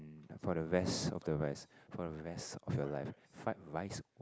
for the rest of the rest for the rest of your life fried rice